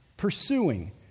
pursuing